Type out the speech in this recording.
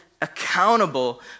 accountable